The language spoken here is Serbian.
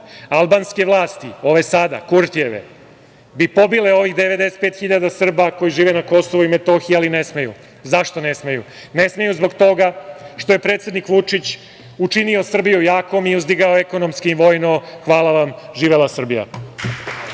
albanske vlasti, ove sada, Kurtijeve, bi pobile ovih 95 hiljada Srba koji žive na Kosovu i Metohiji, ali ne smeju. Zašto ne smeju? Ne smeju zbog toga što je predsednik Vučić učinio Srbiju jakom i uzdigao je ekonomski i vojno. Hvala vam, živela Srbija!